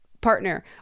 partner